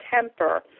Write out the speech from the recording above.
temper